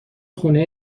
خونه